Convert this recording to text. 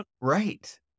Right